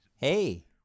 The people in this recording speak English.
Hey